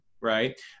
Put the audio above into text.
Right